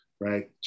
right